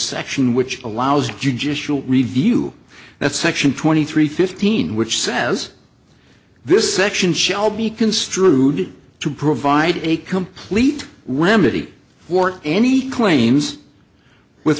section which allows judicial review that section twenty three fifteen which says this section shall be construed to provide a complete remedy wart any claims with